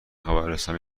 خبررسانی